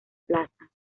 plaza